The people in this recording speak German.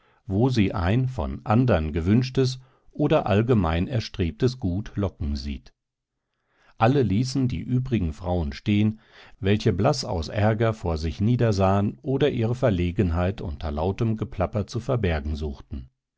wo sie ein von andern gewünschtes oder allgemein erstrebtes gut locken sieht alle ließen die übrigen frauen stehen welche blaß aus ärger vor sich niedersahen oder ihre verlegenheit unter lautem geplauder zu verbergen suchten